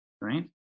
right